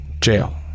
jail